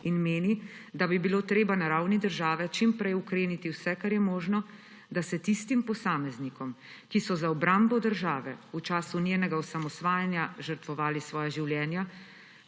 in meni, da bi bilo treba na ravni države čim prej okreniti vse, kar je možno, da se tistim posameznikom, ki so za obrambno države v času njenega osamosvajanja žrtvovali svoja življa,